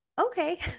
Okay